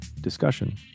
discussion